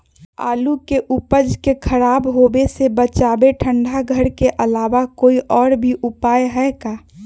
आलू के उपज के खराब होवे से बचाबे ठंडा घर के अलावा कोई और भी उपाय है का?